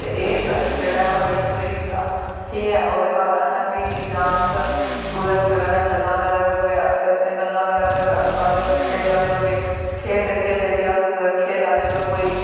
ते एह् असें जेह्ड़ा बड़ी खुशी दिंदा ठीक ऐ ओह्दे बाद असें फ्ही जां अस कुदै कुसै कन्नै गल्लां करा दे होगै अस गल्लां करा दे होगे हस्सा दे होगे खेली दे होगे खेलदे खेलदे बी अस कुदै खेला दे होगे कोई